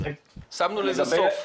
שמנו לזה סוף.